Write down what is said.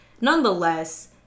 nonetheless